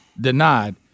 denied